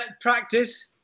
Practice